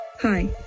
Hi